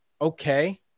okay